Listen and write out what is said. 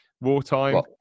Wartime